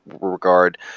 regard